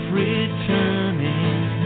returning